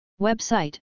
Website